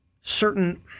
certain